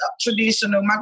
traditional